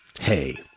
hey